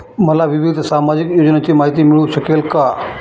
मला विविध सामाजिक योजनांची माहिती मिळू शकेल का?